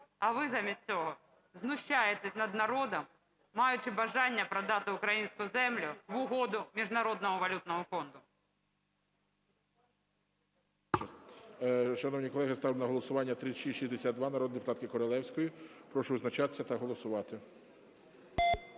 А ви замість цього знущаєтесь над народом, маючи бажання продати українську землю в угоду Міжнародного валютного фонду.